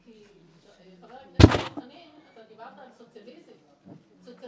הרבה ספרים מאוד טובים שמציעים לי